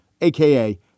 aka